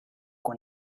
con